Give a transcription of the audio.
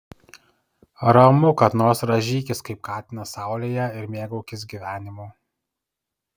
ramu kad nors rąžykis kaip katinas saulėje ir mėgaukis gyvenimu